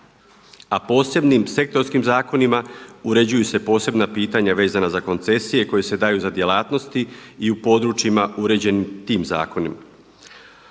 A posebnim sektorskim zakonima uređuju se posebna pitanja vezana za koncesije koje se daju za djelatnosti i u područjima uređeni tim zakonima,